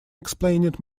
explaining